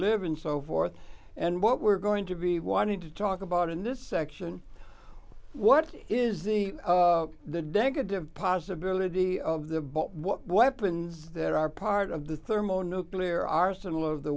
live and so forth and what we're going to be wanting to talk about in this section what is the the decorative possibility of the but what weapons that are part of the thermo nuclear arsenal of the